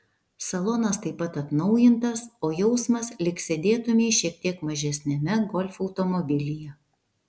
salonas taip pat atnaujintas o jausmas lyg sėdėtumei šiek tiek mažesniame golf automobilyje